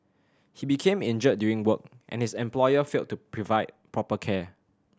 he became injured during work and his employer failed to provide proper care